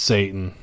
Satan